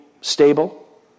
stable